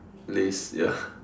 Lays ya